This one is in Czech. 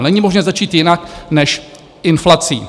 Není možné začít jinak než inflací.